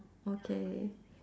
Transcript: okay